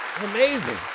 Amazing